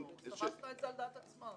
על דעת עצמם.